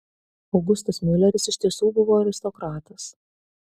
augustas miuleris iš tiesų buvo aristokratas